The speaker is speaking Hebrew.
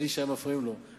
שמפריעים לאלי ישי,